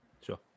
Sure